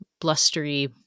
blustery